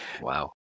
Wow